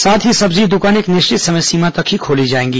साथ ही सब्जी दुकानें एक निश्चित समय सीमा तक ही खोली जाएंगी